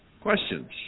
Questions